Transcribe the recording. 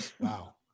Wow